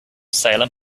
salem